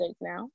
now